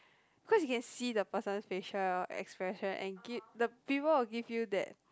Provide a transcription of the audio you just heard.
cause you can see the person's facial expression and give the people will give you that